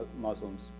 Muslims